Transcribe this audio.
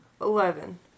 Eleven